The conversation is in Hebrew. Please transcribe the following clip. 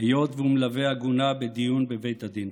היות שהוא מלווה עגונה בדיון בבית הדין.